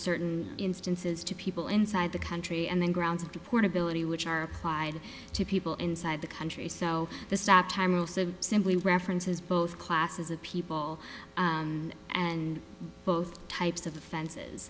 certain instances to people inside the country and the grounds of the portability which are applied to people inside the country so the stop time will serve simply references both classes of people and both types of offenses